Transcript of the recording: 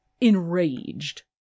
enraged